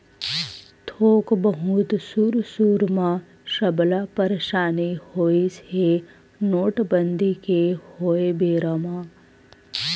थोक बहुत सुरु सुरु म सबला परसानी होइस हे नोटबंदी के होय बेरा म